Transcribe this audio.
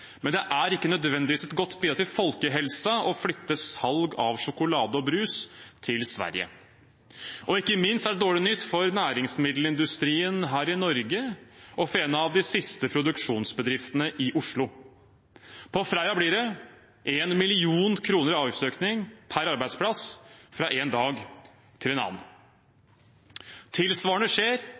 men det er ikke nødvendigvis et godt bidrag til folkehelsen å flytte salg av sjokolade og brus til Sverige. Det er ikke minst dårlig nytt for næringsmiddelindustrien i Norge og for en av de siste produksjonsbedriftene i Oslo. For Freia blir det 1 mill. kr i avgiftsøkning per arbeidsplass fra én dag til en annen. Tilsvarende skjer